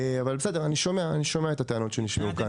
אבל אני שומע את הטענות שנשמעו כאן.